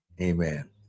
Amen